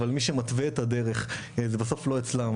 אבל מי שמתווה את הדרך זה בסוף לא אצלם.